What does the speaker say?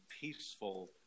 peaceful